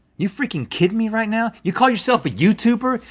you freakin' kiddin' me right now? you call yourself a youtuber?